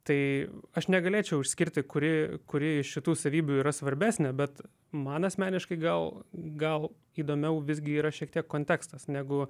tai aš negalėčiau išskirti kuri kuri iš šitų savybių yra svarbesnė bet man asmeniškai gal gal įdomiau visgi yra šiek tiek kontekstas negu